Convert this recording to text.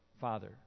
Father